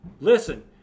listen